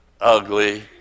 ugly